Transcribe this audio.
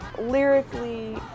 lyrically